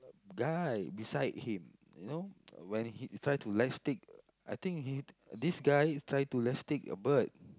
guy beside him you know when he try to elastic I think he this guy try to elastic a bird